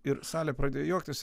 ir salė pradėjo juoktis